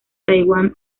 taiwán